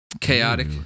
Chaotic